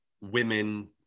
women